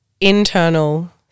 internal